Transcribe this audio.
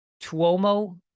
Tuomo